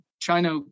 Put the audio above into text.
China